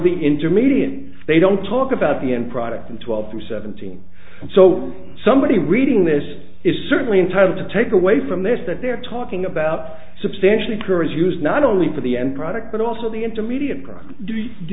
the intermediate they don't talk about the end product in twelve to seventeen and so somebody reading this is certainly entitled to take away from this that they're talking about substantially current use not only for the end product but also the intermediate